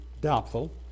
doubtful